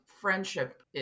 friendship